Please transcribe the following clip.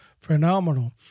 phenomenal